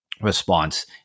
response